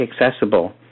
accessible